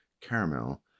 caramel